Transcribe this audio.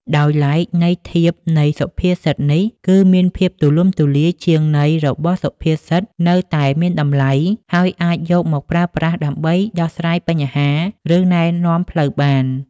ដោយឡែក ន័យធៀបនៃសុភាសិតនេះ គឺមានភាពទូលំទូលាយជាងនៃរបស់សុភាសិតនៅតែមានតម្លៃ ហើយអាចយកមកប្រើប្រាស់ដើម្បីដោះស្រាយបញ្ហា ឬណែនាំផ្លូវបាន។